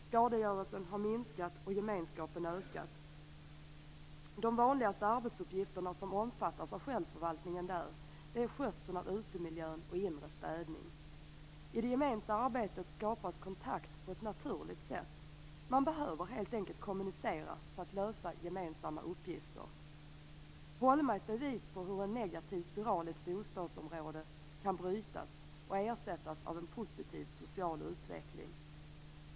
Skadegörelsen har minskat och gemenskapen ökat. De vanligaste arbetsuppgifterna som omfattas av självförvaltningen där är skötsel av utemiljön och inre städning. I det gemensamma arbetet skapas kontakt på ett naturligt sätt. Man behöver helt enkelt kommunicera för att lösa gemensamma uppgifter. Holma är ett bevis på hur en negativ spiral i ett bostadsområde kan brytas och ersättas av en positiv social utveckling.